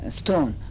stone